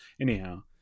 Anyhow